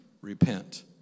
repent